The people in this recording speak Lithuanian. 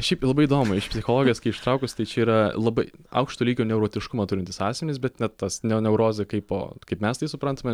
šiaip labai įdomu iš psichologijos kai ištraukus tai čia yra labai aukšto lygio neurotiškumą turintys asmenys bet ne tas ne neurozė kaipo kaip mes tai suprantame